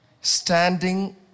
Standing